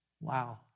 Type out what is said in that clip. Wow